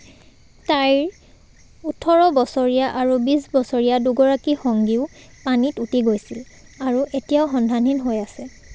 তাইৰ ওঠৰ বছৰীয়া আৰু বিছ বছৰীয়া দুগৰাকী সঙ্গীও পানীত উটি গৈছিল আৰু এতিয়াও সন্ধানহীন হৈ আছে